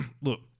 look